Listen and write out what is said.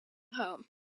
home